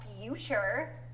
future